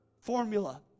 formula